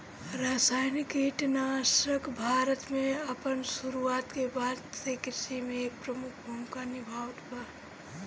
रासायनिक कीटनाशक भारत में अपन शुरुआत के बाद से कृषि में एक प्रमुख भूमिका निभावता